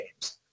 games